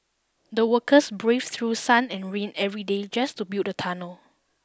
the workers braved through sun and rain every day just to build the tunnel